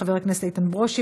חבר הכנסת איתן ברושי,